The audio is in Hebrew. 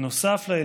בנוסף לעיל,